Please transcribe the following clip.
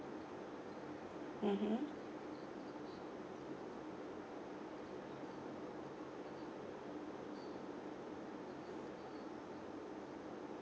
mmhmm